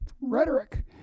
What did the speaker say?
rhetoric